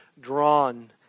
drawn